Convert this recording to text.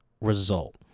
result